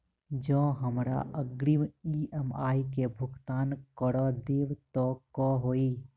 जँ हमरा अग्रिम ई.एम.आई केँ भुगतान करऽ देब तऽ कऽ होइ?